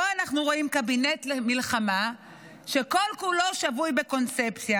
פה אנחנו רואים קבינט מלחמה שכל-כולו שבוי בקונספציה,